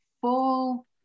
full